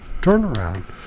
turnaround